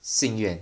心愿